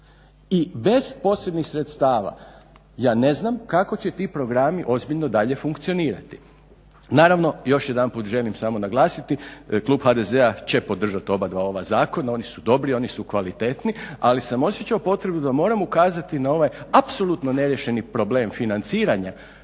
I bez posebnih sredstava ja ne znam kako će ti programi ozbiljno dalje funkcionirati. Naravno još jedanput želim samo naglasiti, klub HDZ-a će podržati oba dva ova zakona, oni su dobri, oni su kvalitetni, ali sam osjećao potrebu da moram ukazati na ovaj apsolutno neriješeni problem financiranja